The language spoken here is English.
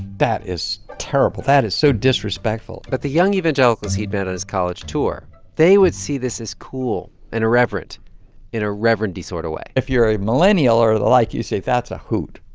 that is terrible. that is so disrespectful but the young evangelicals he'd met on his college tour they would see this as cool and irreverent in a reverendy sort of way if you're a millennial or the like, you say, that's a hoot